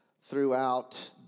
throughout